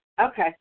Okay